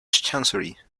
chancery